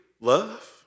love